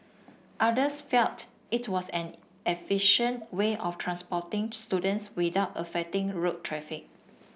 others felt it was an efficient way of transporting students without affecting road traffic